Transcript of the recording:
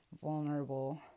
vulnerable